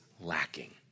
lacking